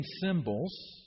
symbols